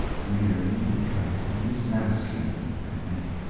merely because he is masculine, i think.